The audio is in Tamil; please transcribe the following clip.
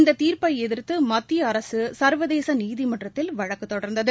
இந்த தீர்ப்பை எதிர்த்து மத்திய அரக சா்வதேச நீதிமன்றத்தில் வழக்கு தொடர்ந்தது